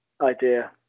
idea